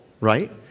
right